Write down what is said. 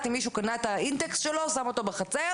אם מישהו קנה את intex ושם אותו בחצר,